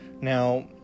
now